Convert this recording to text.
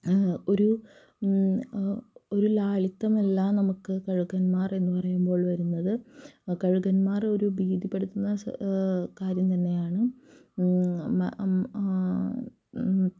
ഒരു ഒരു ലാളിത്തമുള്ള കഴുകന്മാർ എന്നത് കഴുകന്മാർ ഒരു ഭീതിപ്പെടുത്തുന്ന സ് കാര്യം തന്നെയാണ്